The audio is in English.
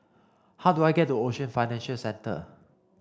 how do I get to Ocean Financial Centre